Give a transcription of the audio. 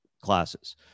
classes